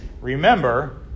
remember